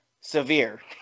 severe